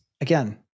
Again